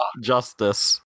justice